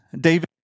David